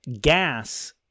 Gas